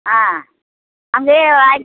ஆ அங்கேயே